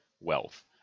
wealth